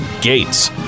Gates